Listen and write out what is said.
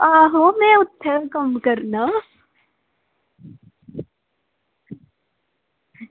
आहो में उत्थें कम्म करना